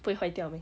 不会坏掉 meh